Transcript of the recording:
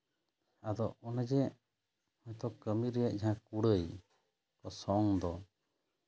ᱟᱫᱚ ᱚᱱᱮ ᱡᱮ ᱠᱟᱹᱢᱤ ᱨᱮᱭᱟᱜ ᱡᱟᱦᱟᱸ ᱠᱩᱲᱟᱹᱭ ᱥᱚᱝ ᱫᱚ